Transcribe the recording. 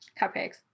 Cupcakes